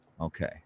okay